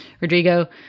Rodrigo